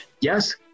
Yes